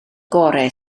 gorau